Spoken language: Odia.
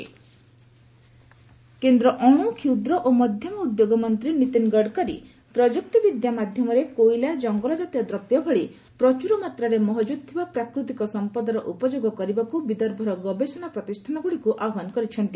ଗଡକରୀ ଭିନିଟ୍ କେନ୍ଦ୍ର ଅଣୁ କ୍ଷୁଦ୍ର ଓ ମଧ୍ୟମ ଉଦ୍ୟୋଗ ମନ୍ତ୍ରୀ ନିତିନ ଗଡକରୀ ପ୍ରଯୁକ୍ତିବିଦ୍ୟା ମାଧ୍ୟମରେ କୋଇଲା ଜଙ୍ଗଲଜାତ ଦ୍ରବ୍ୟ ଭଳି ପ୍ରଚୁରମାତ୍ରାରେ ମହକୁଦ୍ ଥିବା ପ୍ରାକୃତିକ ସମ୍ପଦର ଉପଯୋଗ କରିବାକୁ ବିଦର୍ଭର ଗବେଷଣା ପ୍ରତିଷ୍ଠାନଗୁଡ଼ିକୁ ଆହ୍ୱାନ କରିଛନ୍ତି